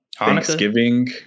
thanksgiving